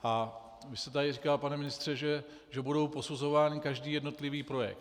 A vy jste tady říkal, pane ministře, že bude posuzován každý jednotlivý projekt.